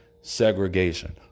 segregation